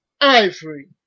Ivory